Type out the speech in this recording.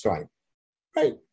Right